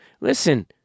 Listen